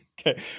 Okay